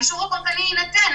האישור הפרטני יינתן,